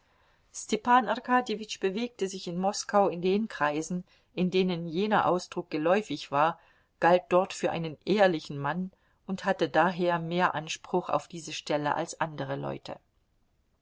arkadjewitsch bewegte sich in moskau in den kreisen in denen jener ausdruck geläufig war galt dort für einen ehrlichen mann und hatte daher mehr anspruch auf diese stelle als andere leute